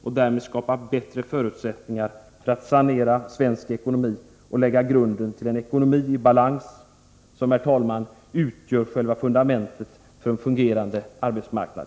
Därmed kan vi skapa bättre förutsättningar för att sanera svensk ekonomi och lägga grunden till en ekonomi i balans som, herr talman, utgör själva fundamentet för en fungerande arbetsmarknad.